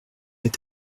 est